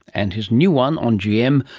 and his new one on gm,